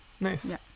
nice